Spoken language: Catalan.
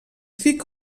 fica